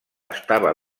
estava